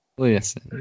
Listen